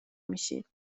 میشید